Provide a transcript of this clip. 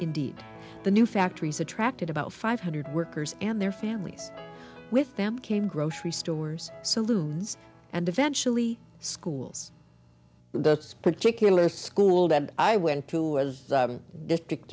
indeed the new factories attracted about five hundred workers and their families with them came grocery stores saloons and eventually schools the particular school that i went to district